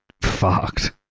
fucked